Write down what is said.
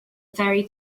very